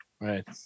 Right